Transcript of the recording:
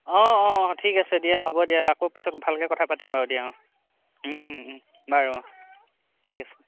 অঁ অঁ অঁ ঠিক আছে দিয়া হ'ব দিয়া আকৌ পিছত ভালকৈ কথা পাতিম বাৰু দিয়া বাৰু অঁ ঠিক আছে